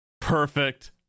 perfect